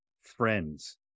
friends